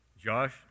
Josh